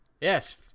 Yes